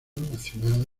nacional